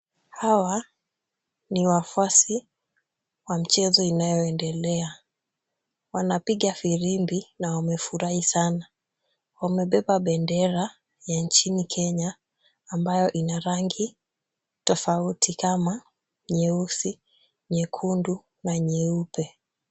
Hawa ni wafuasi wa mchezo inaoendelea. Wanapiga firimbi na wamefurahi sana, wamebeba bendera ya nchini Kenya ambayo ina rangi tofauti kama nyeusi, nyekundu na nyeupe.